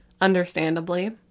understandably